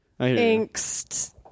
angst